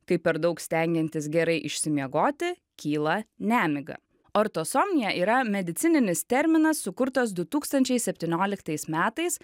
kai per daug stengiantis gerai išsimiegoti kyla nemiga ortosomnija yra medicininis terminas sukurtas du tūkstančiai septynioliktais metais